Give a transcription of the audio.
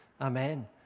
Amen